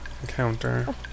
encounter